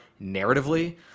narratively